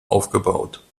aufgebaut